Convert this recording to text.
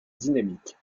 dynamique